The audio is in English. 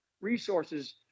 resources